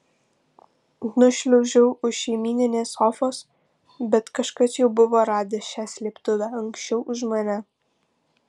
nušliaužiau už šeimyninės sofos bet kažkas jau buvo radęs šią slėptuvę anksčiau už mane